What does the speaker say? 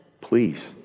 Please